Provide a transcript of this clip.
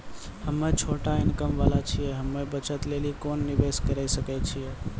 हम्मय छोटा इनकम वाला छियै, हम्मय बचत लेली कोंन निवेश करें सकय छियै?